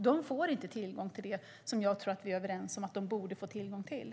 De får inte tillgång till det som jag tror att vi är överens om att de borde få tillgång till.